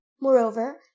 Moreover